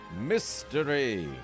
Mystery